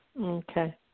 Okay